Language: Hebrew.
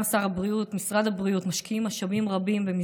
גם שר הבריאות ומשרד הבריאות משקיעים משאבים רבים בכלל